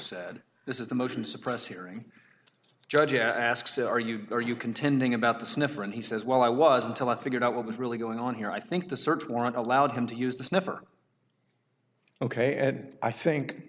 said this is the motion to suppress hearing the judge asks are you are you contending about the sniffer and he says well i was until i figured out what was really going on here i think the search warrant allowed him to use this never ok and i think